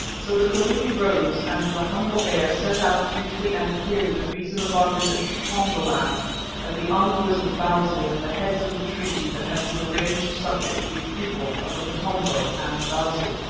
so the kalubi rose and with a humble air set out briefly and clearly the reason of our visit to pongo-land as the envoys of bausi and the heads of the treaty that had been arranged subject to the approval of the motombo and bausi.